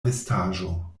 vestaĵo